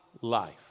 life